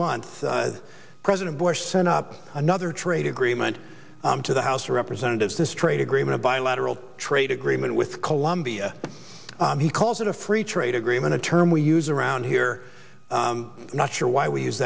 month president bush sent up another trade agreement to the house of representatives this trade agreement a bilateral trade agreement with colombia he calls it a free trade agreement a term we use around here not sure why we use